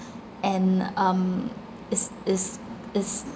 and um is is is